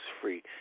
free